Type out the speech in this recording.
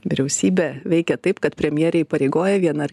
vyriausybė veikia taip kad premjerė įpareigoja vieną ar